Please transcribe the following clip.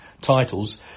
titles